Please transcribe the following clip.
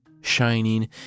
shining